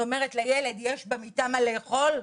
היא אומרת לילד שלה "..יש במיטה מה לאכול?